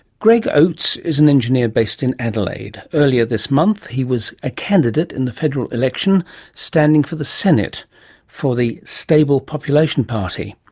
greg oates is an engineer based in adelaide. earlier this month he was a candidate in the federal election standing for the senate for the stable population party.